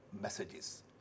messages